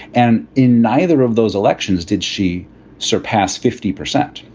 and in neither of those elections did she surpass fifty percent.